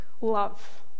love